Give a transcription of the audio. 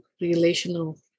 relational